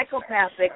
psychopathic